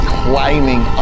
climbing